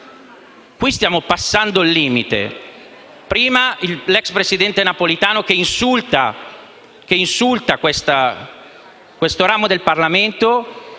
qui stiamo passando il limite. Prima l’ex presidente Napolitano insulta questo ramo del Parlamento,